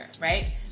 right